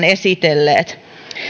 esitelleet